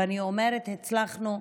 ואני אומרת "הצלחנו",